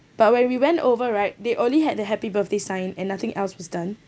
but when we went over right they only had the happy birthday sign and nothing else was done